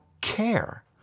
care